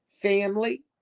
family